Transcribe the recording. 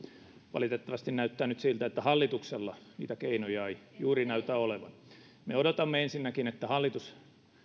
valitettavasti näyttää nyt siltä että hallituksella niitä keinoja ei juuri näytä olevan me odotamme ensinnäkin että hallitus